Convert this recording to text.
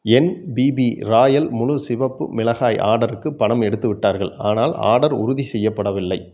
என் BB royal முழு சிவப்பு மிளகாய் ஆர்டருக்கு பணம் எடுத்துவிட்டார்கள் ஆனால் ஆர்டர் உறுதி செய்யப்படவில்லை